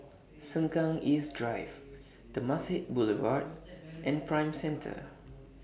Sengkang East Drive Temasek Boulevard and Prime Centre